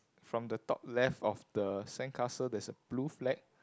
from the top left of the sandcastle there is a blue flag